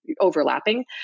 overlapping